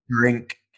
drink